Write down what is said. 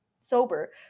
sober